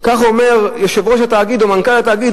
כך אומר יושב-ראש התאגיד או מנכ"ל התאגיד.